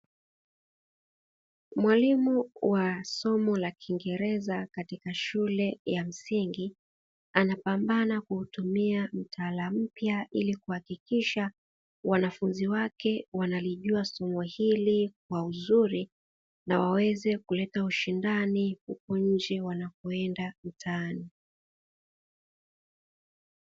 Mwalimu wa somo la kiingereza katika shule ya msingi anapambana kuutumia mtaala mpya, ilikuhakikisha wanafunzi wake wanalijua somo hili kwa uzuri na waweze kuleta ushindani huko nje wanapoenda mtaani.